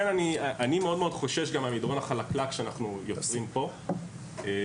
אני מאוד חושש מהמדרון החלקלק שאנחנו יוצרים כאן.